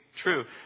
true